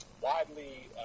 widely